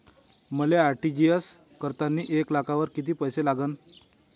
मले आर.टी.जी.एस करतांनी एक लाखावर कितीक पैसे लागन?